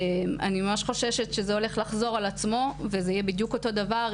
אני ממש חוששת שזה הולך לחזור על עצמו וזה יהיה בדיוק אותו דבר,